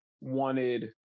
wanted